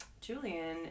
Julian